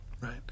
right